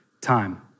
time